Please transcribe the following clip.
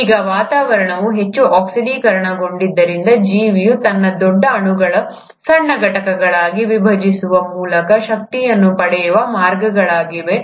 ಈಗ ವಾತಾವರಣವು ಹೆಚ್ಚು ಆಕ್ಸಿಡೀಕರಣಗೊಂಡಿದ್ದರೆ ಜೀವಿಯು ತನ್ನ ದೊಡ್ಡ ಅಣುಗಳನ್ನು ಸಣ್ಣ ಘಟಕಗಳಾಗಿ ವಿಭಜಿಸುವ ಮೂಲಕ ಶಕ್ತಿಯನ್ನು ಪಡೆಯುವ ಮಾರ್ಗಗಳಿವೆ